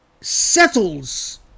settles